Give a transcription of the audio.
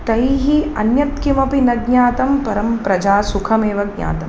तैः अन्यत्किमपि न ज्ञातं परं प्रजासुखमेव ज्ञातं